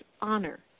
honor